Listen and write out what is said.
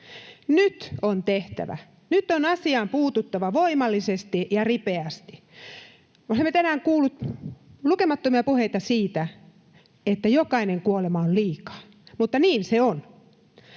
Nyt on tehtävä. Nyt on asiaan puututtava voimallisesti ja ripeästi. Me olemme tänään kuulleet lukemattomia puheita siitä, että jokainen kuolema on liikaa, mutta niin se on.